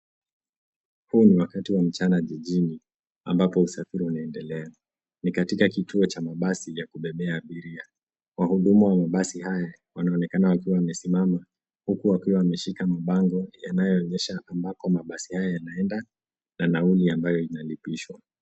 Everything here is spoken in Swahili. Huu ni wakati wa mchana jijini ambapo usafiri unaendelea. Ni katika kituo cha mabasi ya kubebea abiria. Wahudumu wa mabasi haya wanaonekana wakiwa wamesimama huku wakiwa wameshika mabango yanayoonyesha ambako mabasi haya yanaenda na nauli ambayo inalipishwa